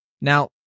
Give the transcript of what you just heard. Now